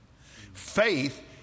Faith